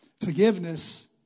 Forgiveness